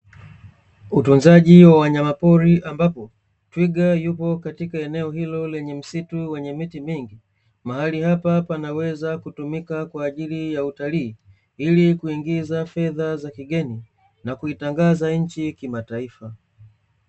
Utunzaji wa wanyamapori, ambapo twiga yupo katika eneo hilo lenye msitu wenye miti mingi, mahali hapa panaweza kutumika kwa ajili ya utalii ili kuingiza fedha za kigeni na kuitangaza nchi kimataifa.